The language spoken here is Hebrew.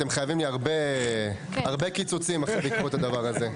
אתם חייבים לי הרבה קיצוצים אחרי שתיקחו את הדבר הזה.